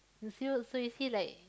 you so you see like